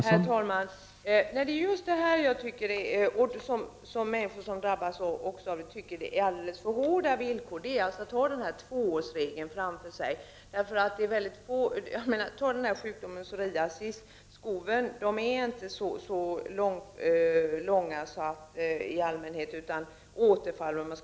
Herr talman! Både jag och de människor som drabbas av psoriasis tycker att villkoren är alldeles för hårda. Jag tänker då på tvåårsregeln. Skoven för sjukdomen psoriasis är i allmänhet inte så långa. Men å andra sidan inträffar återfall tidigare.